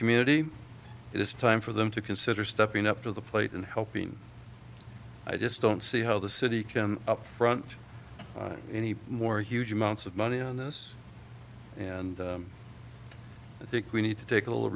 community it is time for them to consider stepping up to the plate and help him i just don't see how the city can upfront any more huge amounts of money on this and i think we need to take a little